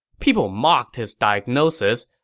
people mocked his diagnosis,